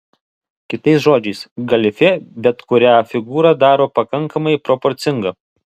kitais žodžiais galifė bet kurią figūrą daro pakankamai proporcinga